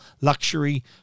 luxury